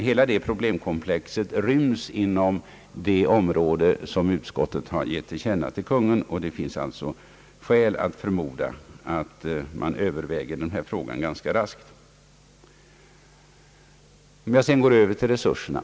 Hela problemkomplexet ryms dock inom det område där utskottet önskat ge sin mening till känna för Kungl. Maj:t. Det finns således skäl att förmoda att denna fråga kommer att övervägas ganska raskt. Jag vill sedan gå över till resurserna.